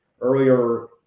earlier